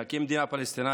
להקים מדינה פלסטינית